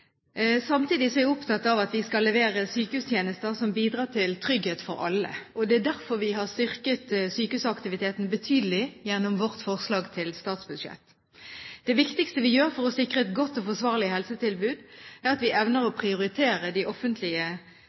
Samtidig er jeg opptatt av at vi skal levere sykehustjenester som bidrar til trygghet for alle. Det er derfor vi har styrket sykehusaktiviteten betydelig gjennom vårt forslag til statsbudsjett. Det viktigste vi gjør for å sikre et godt og forsvarlig helsetilbud, er at vi evner å prioritere de